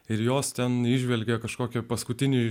ir jos ten įžvelgė kažkokią paskutinį